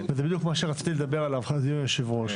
ועל זה בדיוק רציתי לדבר כתוב "סיוע